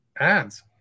ads